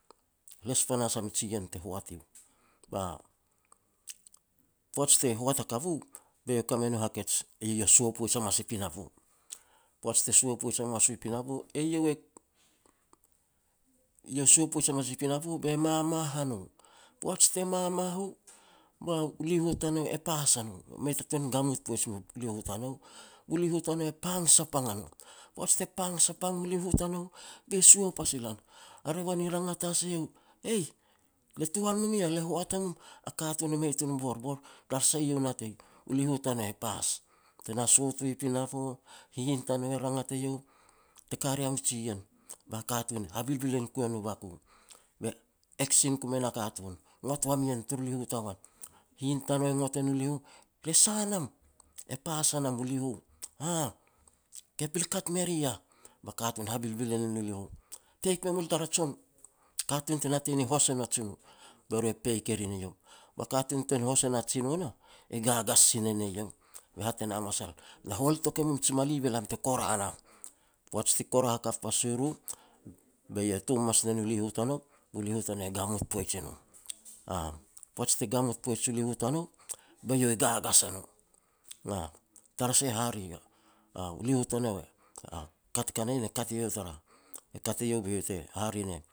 les panahas a miji jiien te hoat iu, ba poaj te hoat hakap u, be eiau ka me nu hakej, eiau ya sua poij hamas i pinapo. Poaj te sua hamas u i pinapo, eiau e eiau e sua poij hamas i pinapo be mamah a no. Poaj te mamah u, ba u liho tanou e pas a no, mei ta tuan ni gamut poij miu liho tanou. Bu liho tanou e pang sapang a no, poaj te pang sapang u liho tanou, be sua pasi lan. A revan i rangat has eiau, "Eih le tuhan mum i yah, le hoat a mum", a katun e mei tun u borbor, tara sah eiau natei u liho tanou e pas. Te na sot u i pinapo, hihin tanou e rangat eiau, "Te ka ria miji jiien", ba katun habilbilin ku e no baku. Be eksin ku me na katun, ngot wam i ien tur liho tagoan. Hihin tanou e ngot e no liho, "E sa nam", "e pas a nam u liho", "Aah, ke pel kat me ri yah". Ba katun e habilbilin e no liho. Peik me mul a tara jon, katun te natei ni hos e na jino. Be ru e peik e rin eiau. Ba katun te hos e na jino nah, e gagas sin e ne iau, be hat e na masal, "Na hol touk e mum ji mali be lam te kora nam." Poaj ti kora hakap pas u ru, be iau tom hamas ne no liho tanou, bu leho tanou e gamut poij i no. Poaj te gamut poaj u liho tanou, be iau e gagas a no, aah. Tara sah e hare ya, a u liho tanou e ka te ka na ien e kat eiau tara, e kat eiau be iau te hare ne